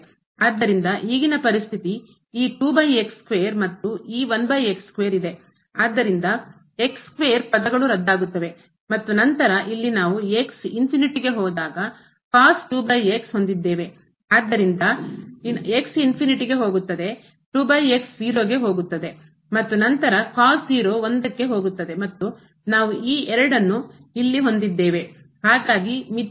ಆದ್ದರಿಂದ ಈಗಿನ ಪರಿಸ್ಥಿತಿ ಈ ಮತ್ತು ಈ ಇದೆ ಆದ್ದರಿಂದ ಪದಗಳು ರದ್ದಾಗುತ್ತವೆ ಮತ್ತು ನಂತರ ಇಲ್ಲಿ ನಾವು x ಗೆ ಹೋದಾಗ ಆದ್ದರಿಂದ 0 ಗೆ ಹೋಗುತ್ತದೆ ಮತ್ತು ನಂತರ ಹೋಗುತ್ತದೆ ಮತ್ತು ನಾವು ಈ ಇಲ್ಲಿ ಹೊಂದಿದ್ದೇವೆ ಹಾಗಾಗಿ ಮಿತಿ